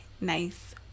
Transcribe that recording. nice